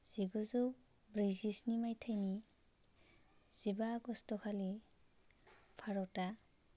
जिगुजौ ब्रैजिस्नि मायथाइनि जिबा आगस्ट'खालि भारतआ